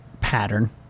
pattern